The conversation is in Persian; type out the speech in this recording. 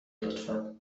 لطفا